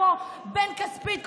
כמו בן כספית,